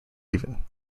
even